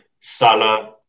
Salah